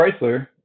Chrysler